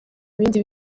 ibindi